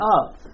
up